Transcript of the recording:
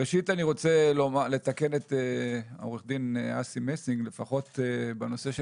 ראשית אני רוצה לתקן את עו"ד אסי מסינג לפחות בנושא של